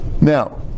Now